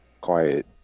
quiet